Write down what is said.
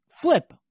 flip